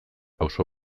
auzo